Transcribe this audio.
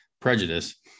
prejudice